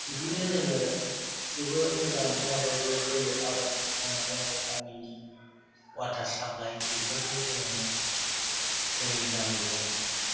बिदिनो जोङो जोबोद मोजां मोनो आरो बे दै आबाद मावनाय आरो गामिनि वाटार साप्लाय बेफोरजों जोङो जोंनि गामिखौ